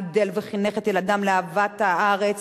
גידל וחינך את ילדיו לאהבת הארץ,